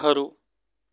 ખરું